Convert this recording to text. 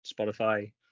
Spotify